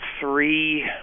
three